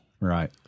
Right